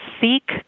seek